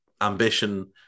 ambition